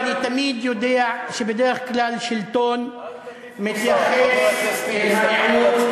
ואני תמיד יודע שבדרך כלל שלטון מתייחס אל המיעוט,